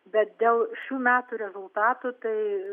bet dėl šių metų rezultatų tai